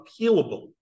appealable